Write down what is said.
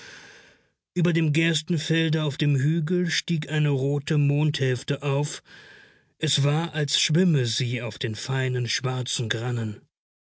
über dem gerstenfelde auf dem hügel stieg eine rote mondhälfte auf es war als schwimme sie auf dem feinen schwarzen